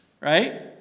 Right